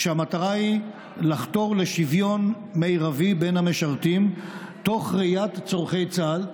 כשהמטרה היא לחתור לשוויון מרבי בין המשרתים תוך ראיית צורכי צה"ל,